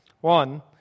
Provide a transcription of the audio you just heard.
One